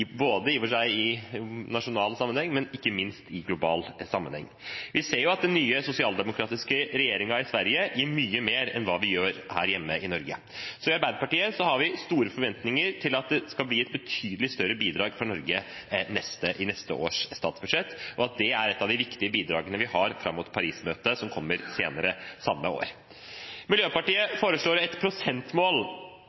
både i – i og for seg – nasjonal sammenheng og, ikke minst, i global sammenheng. Vi har sett at den nye, sosialdemokratiske regjeringen i Sverige gir mye mer enn hva vi gjør her hjemme, i Norge. I Arbeiderpartiet har vi store forventninger til at det skal bli et betydelig større bidrag fra Norge i neste års statsbudsjett, og at det vil være et av de viktige bidragene vi har fram mot Paris-møtet senere samme år. Miljøpartiet